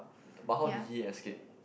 but how did he escape